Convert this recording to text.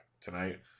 tonight